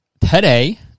today